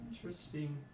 Interesting